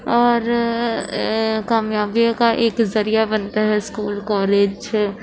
اور کامیابی کا ایک ذریعہ بنتا ہے اسکول کالج